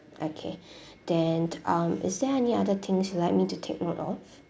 okay then um is there any other things you like me to take note of